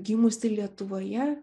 gimusį lietuvoje